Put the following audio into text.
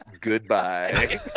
goodbye